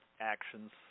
actions